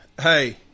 hey